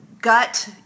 gut